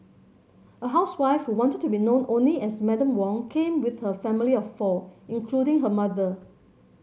a housewife who wanted to be known only as Madam Wong came with her family of four including her mother